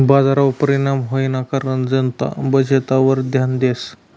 बजारवर परिणाम व्हवाना कारण जनता बचतवर ध्यान देस